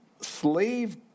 slave